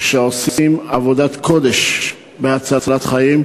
שעושים עבודת קודש בהצלת חיים,